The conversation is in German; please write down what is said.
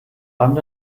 abend